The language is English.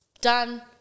done